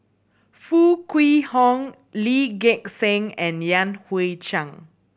Foo Kwee Horng Lee Gek Seng and Yan Hui Chang